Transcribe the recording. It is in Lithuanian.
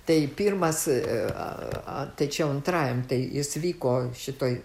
tai pirmas tai čia antrajam tai jis vyko šitoj